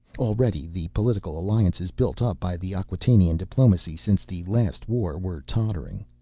already the political alliances built up by the acquatainian diplomacy since the last war were tottering,